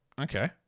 Okay